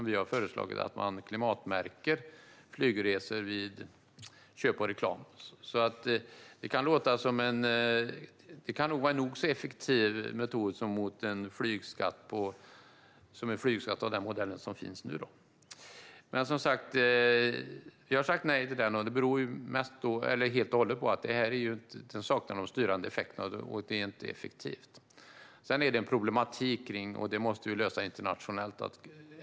Vi har föreslagit att man klimatmärker flygresor vid köp och reklam. Det kan nog vara en lika effektiv metod som en flygskatt av den typ som finns nu. Men vi har alltså sagt nej till flygskatten, och det beror helt och hållet på att den saknar de styrande effekterna. Det blir inte effektivt. Sedan finns det en problematik som vi måste lösa internationellt.